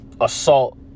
assault